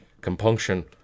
Compunction